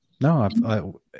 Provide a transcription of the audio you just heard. No